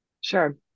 Sure